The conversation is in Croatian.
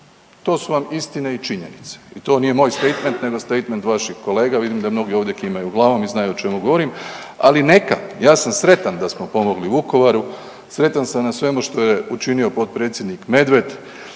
To su vam istine i činjenice i to nije moj statement nego statement vaših kolega, vidim da mnogi ovdje kimaju glavom i znaju o čemu govorim, ali neka ja sam sretan da smo pomogli Vukovaru, sretan sam na svemu što je učinio potpredsjednik Medved.